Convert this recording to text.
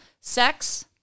Sex